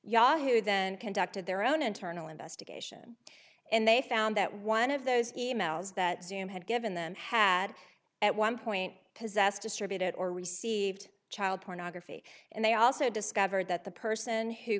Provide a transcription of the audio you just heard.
yahoo then conducted their own internal investigation and they found that one of those emails that zoom had given them had at one point possessed distributed or received child pornography and they also discovered that the person who